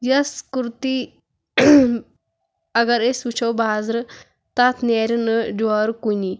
یۄس کُرتی اگر أسۍ وُچھُو بازرٕ تَتھ نیرِ نہٕ جورٕ کُنے